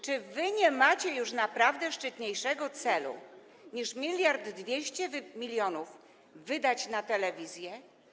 Czy wy nie macie już naprawdę szczytniejszego celu, niż 1200 mln wydać na telewizję?